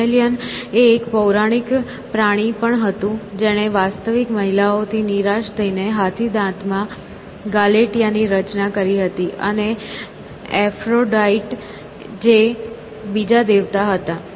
Pygmalion એ એક પૌરાણિક પ્રાણી પણ હતું જેણે વાસ્તવિક મહિલાઓથી નિરાશ થઈને હાથીદાંતમાં ગાલેટીઆ ની રચના કરી હતી અને એફ્રોડાઇટ જે બીજા દેવતા હતા